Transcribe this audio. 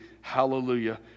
Hallelujah